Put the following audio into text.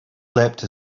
leapt